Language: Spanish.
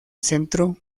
centro